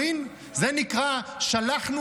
אבא שלך.